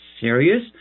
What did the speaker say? serious